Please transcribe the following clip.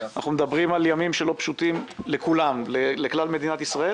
אנחנו מדברים על ימים שלא פשוטים לכלל מדינת ישראל